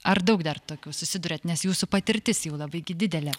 ar daug dar tokių susiduriat nes jūsų patirtis jau labai didelė